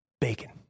bacon